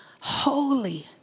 holy